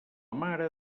mare